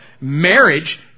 marriage